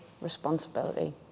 responsibility